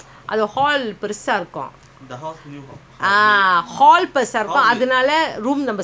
அதனால:athanaala room நாம செய்யலாம்:naama seiyalam